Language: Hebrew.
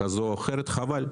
חבל.